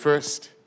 first